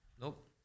Nope